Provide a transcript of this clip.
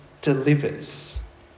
delivers